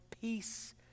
peace